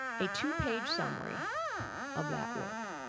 a two page summary of that work.